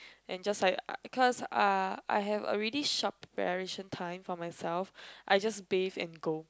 and just like uh cause uh I have already short preparation time for myself I just bathe and go